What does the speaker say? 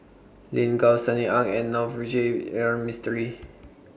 Lin Gao Sunny Ang and Navroji R Mistri